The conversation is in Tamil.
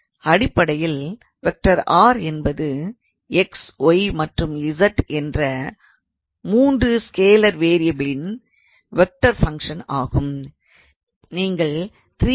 அடிப்படையில் 𝑟⃗ என்பது x y மற்றும் z என்ற 3 ஸ்கேலார் வேரியபில்லின் வெக்டார் ஃபங்க்ஷன் ஆகும்